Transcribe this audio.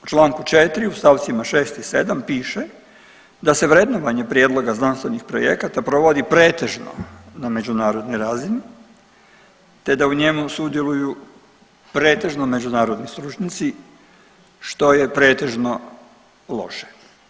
U članku 4. u stavcima 6. i 7. piše da se vrednovanje prijedloga znanstvenih projekata provodi pretežno na međunarodnoj razini, te da u njemu sudjeluju pretežno međunarodni stručnjaci što je pretežno loše.